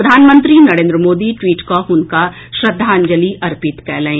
प्रधानमंत्री नरेंद्र मोदी ट्वीट कऽ हुनका श्रद्धांजलि अर्पित कयलनि